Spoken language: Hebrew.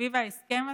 סביב ההסכם הזה?